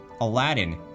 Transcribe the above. Aladdin